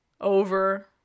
over